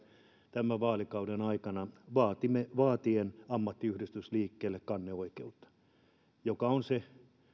tämän vaalikauden aikana vaatien ammattiyhdistysliikkeelle kanneoikeutta se on se